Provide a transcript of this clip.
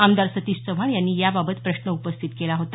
आमदार सतीश चव्हाण यांनी याबाबत प्रश्न उपस्थित केला होता